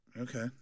Okay